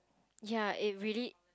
ya it really